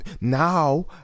now